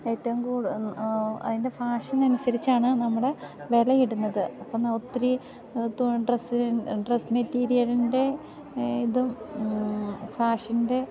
ഏറ്റവും കൂട് അതിൻ്റെ ഫാഷനനുസരിച്ചാണ് നമ്മുടെ വില ഇടുന്നത് അപ്പം ഒത്തിരി ഡ്രസ്സ് ഡ്രസ്സ് മെറ്റീരിയലിൻ്റെ ഇതും ഫാഷൻ്റെ